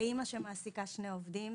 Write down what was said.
כאמא שמעסיקה שני עובדים